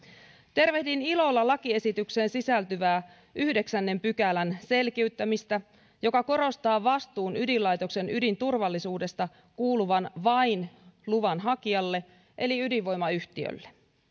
tervehdin ilolla lakiesitykseen sisältyvää yhdeksännen pykälän selkiyttämistä joka korostaa vastuun ydinlaitoksen ydinturvallisuudesta kuuluvan vain luvan hakijalle eli ydinvoimayhtiölle